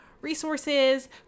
resources